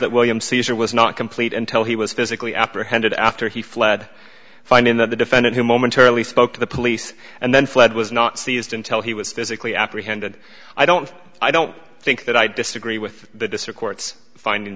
that william caesar was not complete until he was physically apprehended after he fled finding that the defendant who momentarily spoke to the police and then fled was not seized intel he was physically apprehended i don't i don't think that i disagree with the district court's finding